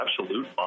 absolute